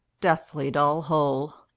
deathly dull hole.